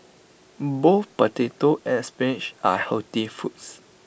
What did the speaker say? both potato and spinach are healthy foods